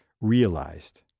realized